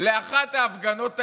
לאחת ההפגנות האלה,